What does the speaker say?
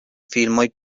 filmoj